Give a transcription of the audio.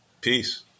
Peace